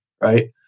right